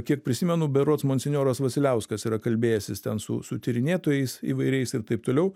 kiek prisimenu berods monsinjoras vasiliauskas yra kalbėjęsis ten su su tyrinėtojais įvairiais ir taip toliau